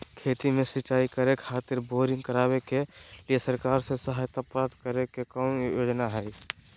खेत में सिंचाई करे खातिर बोरिंग करावे के लिए सरकार से सहायता प्राप्त करें के कौन योजना हय?